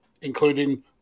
including